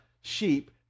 sheep